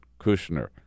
Kushner